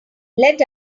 let